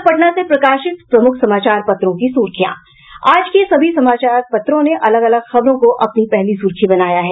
अब पटना से प्रकाशित प्रमुख समाचार पत्रों की सुर्खियां आज के सभी समाचार पत्रों ने अलग अलग खबरों को अपने पहली सुर्खी बनाया है